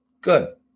Good